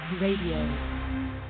Radio